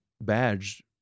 badge